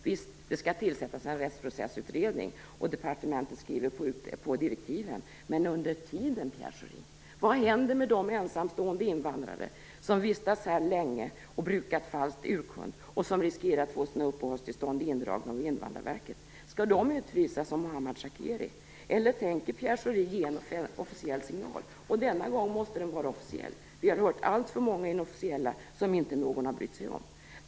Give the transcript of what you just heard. Visst, det skall tillsättas en rättsprocessutredning, och departementet håller på att skriva direktiven. Men under tiden, Pierre Schori! Vad händer med de ensamstående invandrare som vistats här länge, som brukat falsk urkund och som riskerar att få sina uppehållstillstånd indragna av Invandrarverket? Skall de utvisas som Mohammad Shakeri? Eller tänker Pierre Schori ge en officiell signal - och denna gång måste den vara officiell, vi har hört för många inofficiella som inte har betytt något?